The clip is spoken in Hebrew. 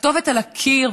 הכתובת על הקיר,